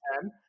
ten